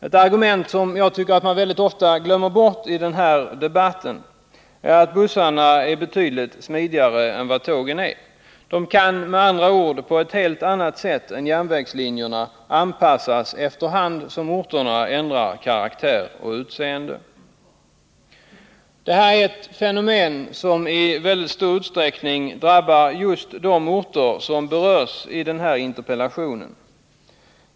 Ett argument som mycket ofta glöms bort i denna debatt är att bussarna är betydligt smidigare än vad tågen är. Bussarna kan med andra ord på ett helt annat sätt än järnvägslinjerna anpassas efter hand som orterna ändrar karaktär och utseende. Detta är ett fenomen som i mycket stor utsträckning har drabbat just de orter som berörs i denna interpellation.